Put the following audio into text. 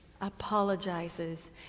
apologizes